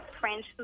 French